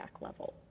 level